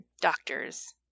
doctors